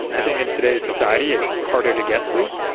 i think in today's society, it's harder to get sleep.